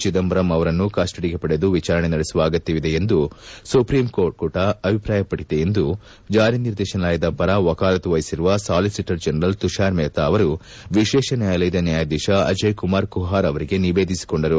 ಚಿದಂಬರಂ ಅವರನ್ನು ಕಸ್ಟಡಿಗೆ ಪಡೆದು ಎಚಾರಣೆ ನಡೆಸುವ ಅಗತ್ಯವಿದೆ ಎಂದು ಸುಪ್ರೀಂಕೋರ್ಟ್ ಕೂಡ ಅಭಿಪ್ರಾಯಷ್ಟುದೆ ಎಂದು ಜಾರಿ ನಿರ್ದೇಶನಾಲಯದ ಪರ ವಕಾಲತ್ತು ವಹಿಸಿರುವ ಸಾಲಿಸಿಟರ್ ಜನರಲ್ ಶುಷಾರ್ ಮೆಪ್ತಾ ಅವರು ವಿಶೇಷ ನ್ಯಾಯಾಲಯದ ನ್ಯಾಯಾಧೀಶ ಅಜಯ್ ಕುಮಾರ್ ಕುಪಾರ್ ಅವರಿಗೆ ನಿವೇದಿಸಿಕೊಂಡರು